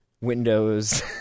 Windows